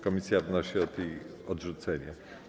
Komisja wnosi o jej odrzucenie.